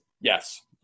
Yes